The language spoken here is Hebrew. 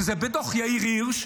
שזה בדוח יאיר הירש,